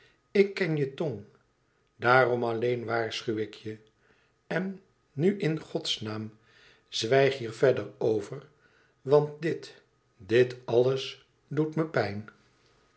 ik ken je tong daarom alleen waarschuw ik je en nu in godsnaam zwijg hier verder over want dit dit alles doet me pijn